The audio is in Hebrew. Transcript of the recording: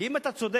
כי אם אתה צודק,